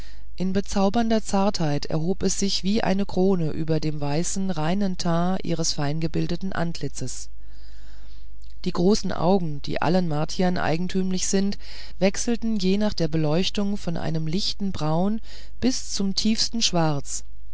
in bezaubernder zartheit erhob es sich wie eine krone über dem weißen reinen teint ihres feingebildeten antlitzes die großen augen die allen martiern eigentümlich sind wechselten je nach der beleuchtung von einem lichten braun bis zum tiefsten schwarz